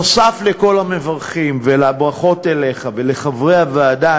נוסף על כל המברכים והברכות לך ולחברי הוועדה,